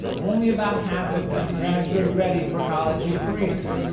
only about half of them graduate ready for college and careers.